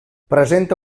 presenta